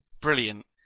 brilliant